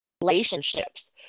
relationships